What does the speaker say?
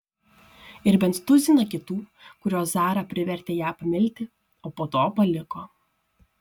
ir bent tuziną kitų kuriuos zara privertė ją pamilti o po to paliko